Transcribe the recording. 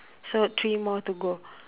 so three more to go